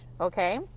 okay